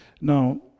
now